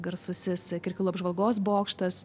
garsusis kirkilų apžvalgos bokštas